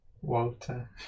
Walter